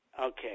Okay